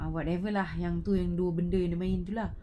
ah whatever lah yang tu yang dua benda yang dia main tu lah